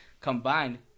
combined